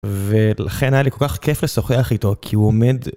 ולכן היה לי כל כך כיף לשוחח איתו, כי הוא עומד...